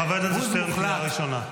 חבר הכנסת שטרן, קריאה ראשונה.